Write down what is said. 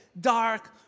dark